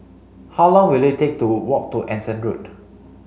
how long will it take to walk to Anson Road